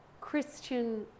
Christian